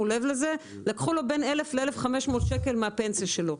לב לזה לקחו בין 1,000 ל-1,500 שקלים מהפנסיה שלו.